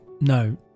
no